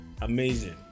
amazing